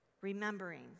Remembering